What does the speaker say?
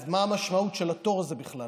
אז מה המשמעות של התור הזה בכלל?